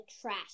trash